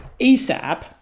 ASAP